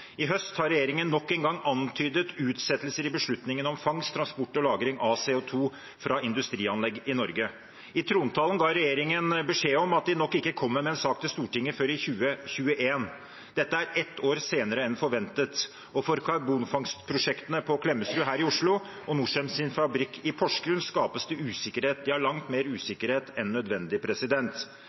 I høst har regjeringen nok en gang antydet utsettelser i beslutningen om fangst, transport og lagring av CO 2 fra industrianlegg i Norge. I trontalen ga regjeringen beskjed om at de nok ikke kommer med en sak til Stortinget før i 2021. Dette er ett år senere enn forventet, og for karbonfangstprosjektene på Klemetsrud her i Oslo og på Norcem sin fabrikk i Porsgrunn skapes det usikkerhet, ja, langt mer usikkerhet enn nødvendig.